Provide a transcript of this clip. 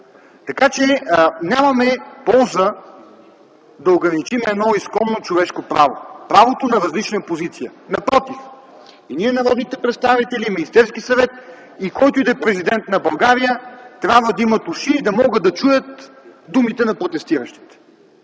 така че нямаме полза да ограничим едно изконно човешко право – правото на различна позиция. Напротив, и ние народните представители, и Министерският съвет, и който и да е президент на България трябва да имаме уши и да можем да чуем думите на протестиращите.